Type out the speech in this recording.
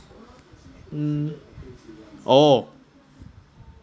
mm oh